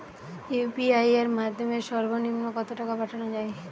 UPI এর মাধ্যমে সর্ব নিম্ন কত টাকা পাঠানো য়ায়?